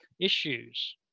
issues